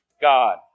God